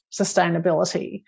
sustainability